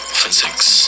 Physics